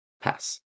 pass